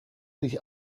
sich